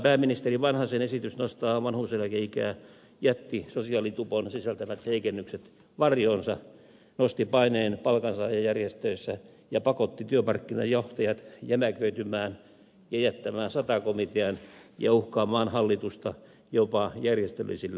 pääministeri vanhasen esitys nostaa vanhuuseläkeikää jätti sosiaalitupon sisältämät heikennykset varjoonsa nosti paineen palkansaajajärjestöissä ja pakotti työmarkkinajohtajat jämäköitymään ja jättämään sata komitean ja uhkaamaan hallitusta jopa järjestöllisillä toimilla